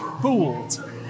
fooled